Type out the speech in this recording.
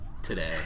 today